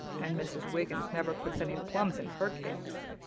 and mrs. wiggins never puts any plums in her cakes.